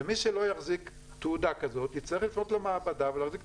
ומי שלא יחזיק תעודה כזאת יצטרך לפנות למעבדה ולהחזיק תעודה.